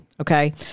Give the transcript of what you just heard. okay